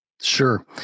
Sure